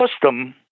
custom